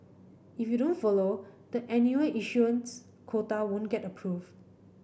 if you don't follow the annual issuance quota won't get approved